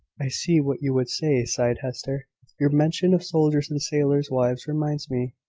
i see what you would say, sighed hester your mention of soldiers' and sailors' wives reminds me.